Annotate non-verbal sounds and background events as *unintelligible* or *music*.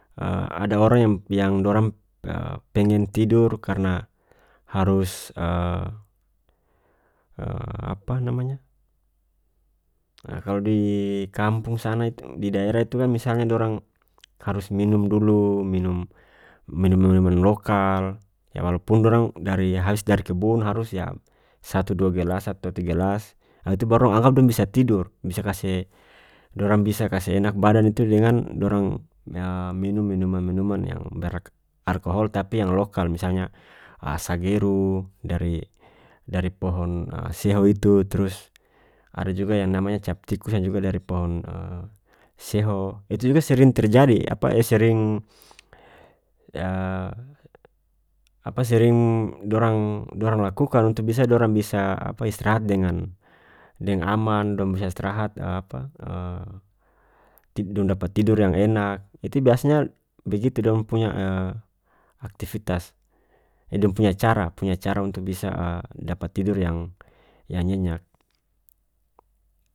*hesitation* ada orang yang-yang dorang pengen tidur karena harus *hesitation* *hesitation* apa namanya *hesitation* kalu di kampung sana itu di daerah itu kan misalnya dorang harus minum dulu minum-minum minuman lokal yah walaupun dorang dari habis dari kebun harus yah satu dua gelas atau tiga gelas ah itu baru dong anggap dong bisa tidur bisa kase dorang bisa kase enak badan itu dengan dorang yah minum minuman minuman yang bergh alkohol tapi yang lokal misalnya *hesitation* sagero dari-dari pohon *hesitation* seho itu trus ada juga yang namanya captikus yang juga dari pohon *hesitation* seho itu juga sering terjadi apa *hesitation* sering *hesitation* apa sering dorang-dorang lakukan untuk bisa dorang bisa apa istrahat dengan deng aman dong bisa istrahat *hesitation* apa *hesitation* *unintelligible* dong dapa tidor yang enak itu biasanya begitu dong punya *hesitation* aktifitas dong punya cara-punya cara untuk bisa *hesitation* dapat tidur yang-yang nyenyak.